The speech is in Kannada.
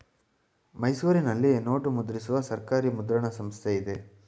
ಮೈಸೂರಿನಲ್ಲಿ ನೋಟು ಮುದ್ರಿಸುವ ಸರ್ಕಾರಿ ಮುದ್ರಣ ಸಂಸ್ಥೆ ಇದೆ